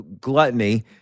gluttony